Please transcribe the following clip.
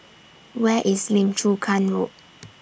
Where IS Lim Chu Kang Road